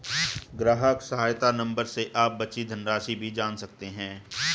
ग्राहक सहायता नंबर से आप बची धनराशि भी जान सकते हैं